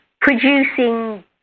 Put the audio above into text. producing